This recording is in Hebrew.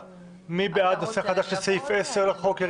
מי בעד נושא חדש לסעיף 10 לחוק?